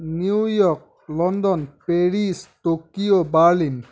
New York London Paris Tokyo Berlin